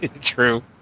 True